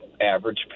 average